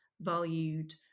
valued